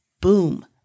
boom